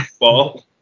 ball